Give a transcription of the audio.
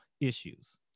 issues